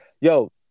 Yo